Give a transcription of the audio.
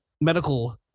medical